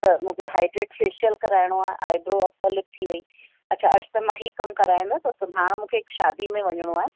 त मूंखे hydrate facial कराइणो आहे आइब्रो अपरलिप्स थी वई अछा अॼु त मां ही काराइंदसि ऐं सुभाणे मूंखे हिकु शादी में वञिणो आहे